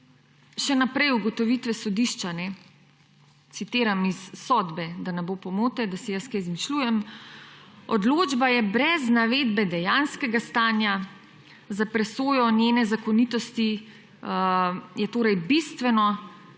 Še naprej ugotovitve sodišča. Citiram iz sodbe, da ne bo pomote, da si jaz kaj izmišljujem. Odločba je brez navedbe dejanske stanja, za presojo njene zakonitosti je torej bistveno,